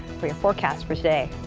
we forecast for today.